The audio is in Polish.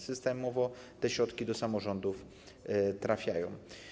Systemowo te środki do samorządów trafiają.